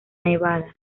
nevada